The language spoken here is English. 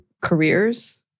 careers